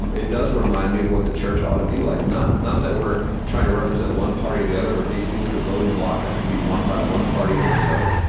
um it does remind me of what the church ought to be like not not that we're trying to represent one party or the other or be seen as a voting block that can be won by one party or the other,